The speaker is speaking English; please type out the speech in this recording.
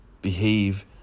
Behave